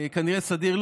כנראה לא בסדיר,